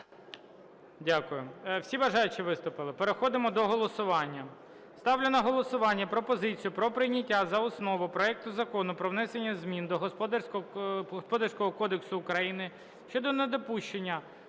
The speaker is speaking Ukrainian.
Дякую. Всі бажаючі виступили? Переходимо до голосування. Ставлю на голосування пропозицію про прийняття за основу проекту Закону про внесення змін до Господарського кодексу України (щодо недопущення